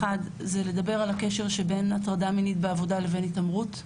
אחת זה לדבר על הקשר שבין הטרדה מינית בעבודה לבין התעמרות,